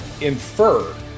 infer